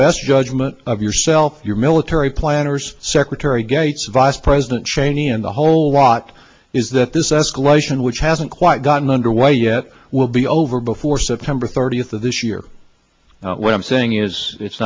best judgment of yourself your military planners secretary gates vice president cheney and a whole lot is that this escalation which hasn't quite gotten underway yet will be over before september thirtieth of this year what i'm saying is it's